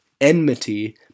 enmity